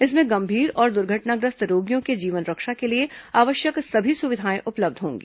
इसमें गंभीर और दुर्घटनाग्रस्त रोगियों के जीवन रक्षा के लिए आवश्यक सभी सुविधाएं उपलब्ध होंगी